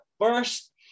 first